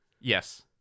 Yes